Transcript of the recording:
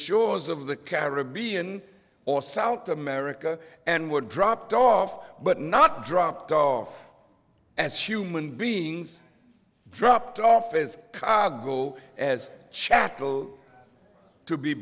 shores of the caribbean or south america and were dropped off but not dropped off as human beings dropped off as cogdill as chattel to be